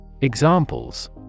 Examples